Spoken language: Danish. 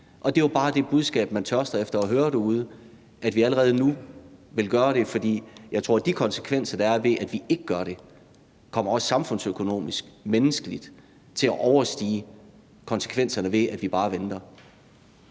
Og det er jo bare det budskab, man tørster efter at høre derude: at vi allerede nu vil gøre det. For jeg tror, at de konsekvenser, der er ved, at vi ikke gør det, både samfundsøkonomisk og menneskeligt kommer til at overstige konsekvenserne ved, at vi bare venter.